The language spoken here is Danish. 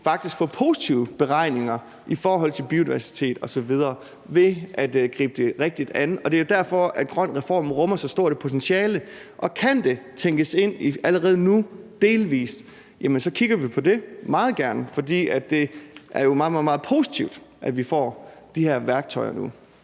faktisk kan få positive beregninger i forhold til biodiversitet osv. ved at gribe det rigtigt an, og det er jo derfor, at GrønREFORM rummer så stort et potentiale. Og kan det tænkes ind allerede nu delvis, jamen så kigger vi meget gerne på det, for det er jo meget, meget positivt, at vi får de her værktøjer nu.